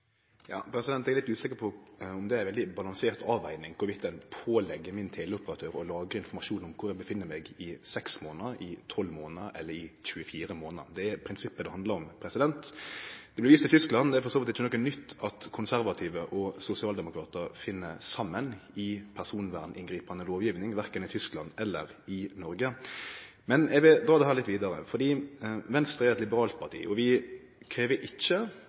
Eg er litt usikker på om det er ei veldig balansert avveging i kva grad ein pålegg min teleoperatør å lagre informasjon om kvar eg oppheld meg, i 6 månader, i 12 månader eller i 24 månader. Det er prinsippet det handlar om. Det vart vist til Tyskland. Det er for så vidt ikkje noko nytt at konservative og sosialdemokratar finn saman i personverninngripande lovgiving, verken i Tyskland eller i Noreg. Men eg vil dra dette litt vidare. For Venstre er eit liberalt parti, og vi krev ikkje